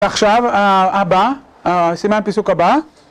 עכשיו הבא, סימן פיסוק הבא.